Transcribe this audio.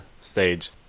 stage